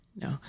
no